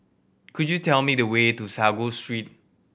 could you tell me the way to Sago Street